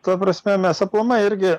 ta prasme mes aplamai irgi